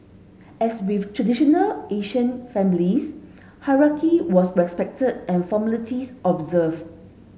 as with traditional Asian families hierarchy was respected and formalities observed